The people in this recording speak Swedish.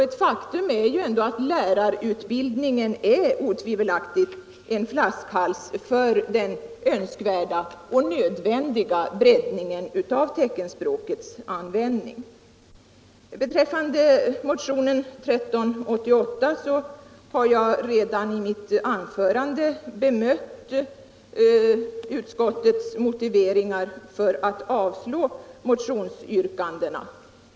Ett faktum är ändå att lärarutbildningen är en flaskhals för den önskvärda och nödvändiga breddningen av teckenspråkets användning. När det gäller motionen 1388 bemötte jag redan i mitt anförande utskottets motivering för ett avslag på motionsyrkandena.